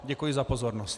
Děkuji za pozornost.